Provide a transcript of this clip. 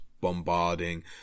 bombarding